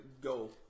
go